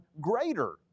greater